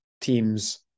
teams